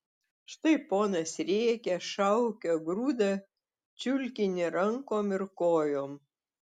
štai ponas rėkia šaukia grūda čiulkinį rankom ir kojom